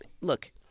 look